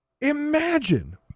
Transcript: Imagine